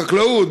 בחקלאות,